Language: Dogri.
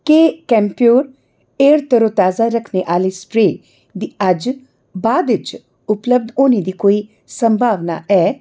क्या कैंप्योर एयर तरोताजा रह्क्खने आह्ले स्प्रेऽ दी अज्ज बा'द च उपलब्ध होने दी कोई संभावना है